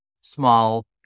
Small